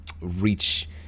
reach